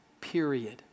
period